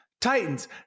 Titans